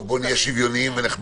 שוויוני.